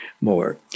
more